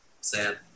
sad